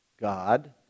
God